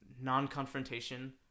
non-confrontation